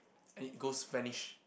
and it goes vanish